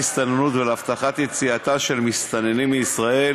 הסתננות ולהבטחת יציאתם של מסתננים מישראל